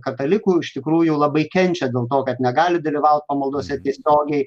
katalikų iš tikrųjų labai kenčia dėl to kad negali dalyvaut pamaldose tiesiogiai